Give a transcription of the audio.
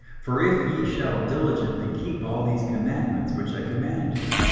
for if ye shall diligently keep all these commandments which i command you,